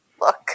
look